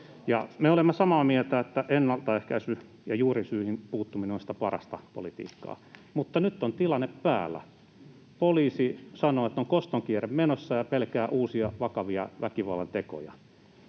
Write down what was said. Me olemme samaa mieltä, että ennaltaehkäisy ja juurisyihin puuttuminen on sitä parasta politiikkaa, mutta nyt on tilanne päällä. Poliisi sanoo, että on koston kierre menossa, ja pelkää uusia vakavia väkivallantekoja.